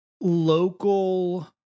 local